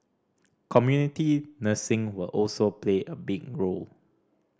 community nursing will also play a big role